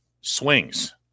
swings